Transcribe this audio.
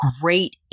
great